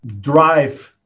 drive